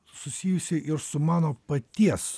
susijusi ir su mano paties